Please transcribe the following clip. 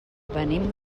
venim